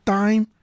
time